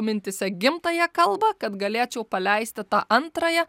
mintyse gimtąją kalbą kad galėčiau paleisti tą antrąją